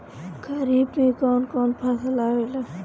खरीफ में कौन कौन फसल आवेला?